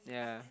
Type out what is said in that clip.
yeah